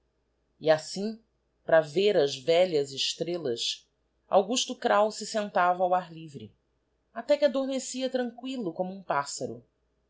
e assim para ver as velhas estrellas augusto kraus se sentava ao ar livre até que adormecia tranquillo como um pasbaro